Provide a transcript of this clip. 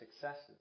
successes